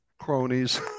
cronies